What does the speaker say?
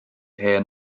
hen